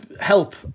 help